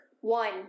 One